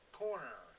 corner